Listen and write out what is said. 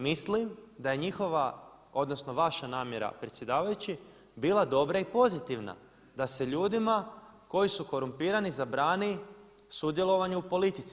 Mislim da je njihova, odnosno vaša, namjera predsjedavajući bila dobra i pozitivna da se ljudima koji su korumpirani zabrani sudjelovanje u politici.